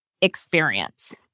experience